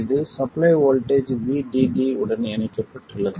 இது supply voltage Vdd உடன் இணைக்கப்பட்டுள்ளது